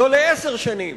לא לעשר שנים,